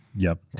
yup.